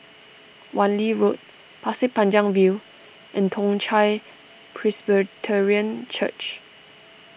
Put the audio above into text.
Wan Lee Road Pasir Panjang View and Toong Chai Presbyterian Church